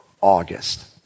August